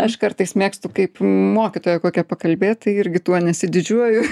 aš kartais mėgstu kaip mokytoja kokia pakalbėt tai irgi tuo nesididžiuoju